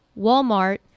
Walmart